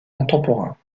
contemporains